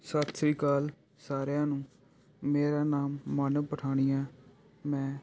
ਸਤਿ ਸ਼੍ਰੀ ਅਕਾਲ ਸਾਰਿਆਂ ਨੂੰ ਮੇਰਾ ਨਾਮ ਮਾਨਵ ਪਠਾਣੀਆ ਮੈਂ